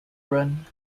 run